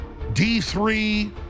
D3